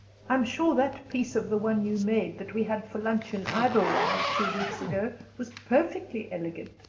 i'm sure that piece of the one you made that we had for lunch in idlewild two weeks ago was perfectly elegant.